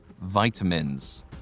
vitamins